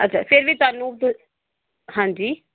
ਅੱਛਾ ਫਿਰ ਵੀ ਤੁਹਾਨੂੰ ਹਾਂਜੀ